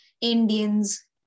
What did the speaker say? Indians